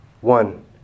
One